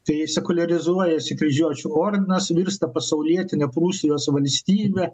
kai sekuliarizuojasi kryžiuočių ordinas virsta pasaulietine prūsijos valstybe